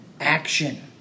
action